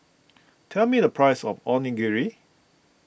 tell me the price of Onigiri